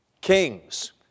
Kings